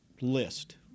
list